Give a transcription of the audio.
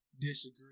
disagree